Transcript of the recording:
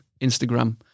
Instagram